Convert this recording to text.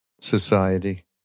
society